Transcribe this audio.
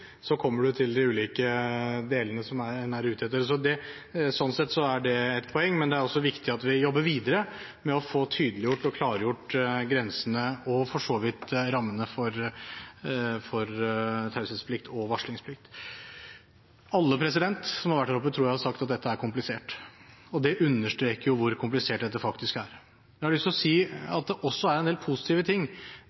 så kommer man til de ulike delene som man er ute etter. Sånn sett er det et poeng. Men det er også viktig at vi jobber videre med å få tydeliggjort og klargjort grensene og for så vidt rammene for taushetsplikt og varslingsplikt. Alle som har vært her oppe, tror jeg har sagt at dette er komplisert, og det understreker jo hvor komplisert dette faktisk er. Jeg har lyst til å si at det også er en del positive ting.